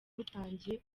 butangiye